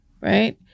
right